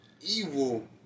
evil